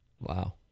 Wow